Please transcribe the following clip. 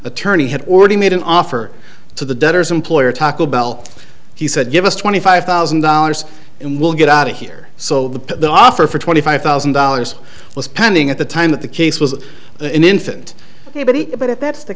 attorney had already made an offer to the debtors employer taco bell he said give us twenty five thousand dollars and we'll get out of here so the offer for twenty five thousand dollars was pending at the time that the case was in infant anybody but if that's the